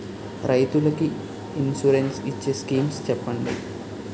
రైతులు కి ఇన్సురెన్స్ ఇచ్చే స్కీమ్స్ చెప్పండి?